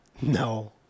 no